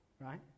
right